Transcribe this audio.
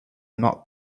not